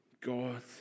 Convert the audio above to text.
God